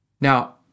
Now